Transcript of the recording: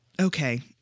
Okay